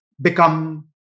become